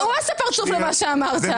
הוא עושה פרצוף על מה שאמרת.